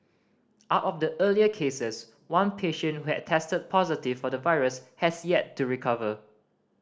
out of the earlier cases one patient who had tested positive for the virus has yet to recover